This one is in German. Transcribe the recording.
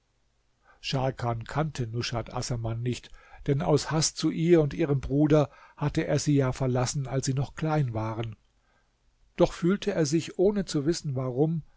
nushat assaman nicht denn aus haß zu ihr und ihrem bruder hatte er sie ja verlassen als sie noch klein waren doch fühlte er sich ohne zu wissen warum